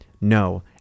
no